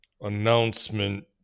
announcement